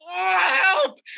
Help